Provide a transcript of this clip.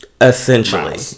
essentially